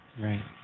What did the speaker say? Right